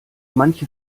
manche